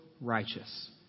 righteous